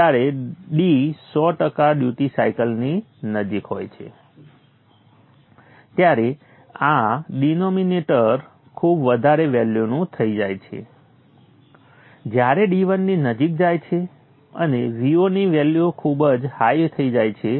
જ્યારે d સો ટકા ડ્યુટી સાયકલ ની નજીક હોય છે ત્યારે આ ડિનોમિનેટર ખૂબ વધારે વેલ્યુનું થઈ જાય છે જ્યારે d 1 ની નજીક જાય છે અને Vo ની વેલ્યુ હાઇ ખૂબ જ હાઇ થઈ જાય છે